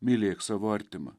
mylėk savo artimą